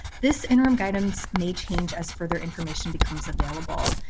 this and um guidance may change as further information becomes available.